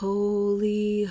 Holy